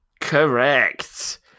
Correct